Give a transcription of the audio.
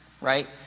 right